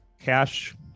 Cash